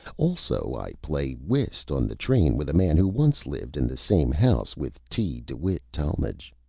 also i play whist on the train with a man who once lived in the same house with t. dewitt talmage.